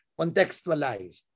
contextualized